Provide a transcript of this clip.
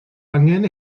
angen